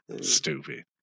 Stupid